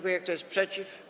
Kto jest przeciw?